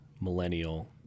millennial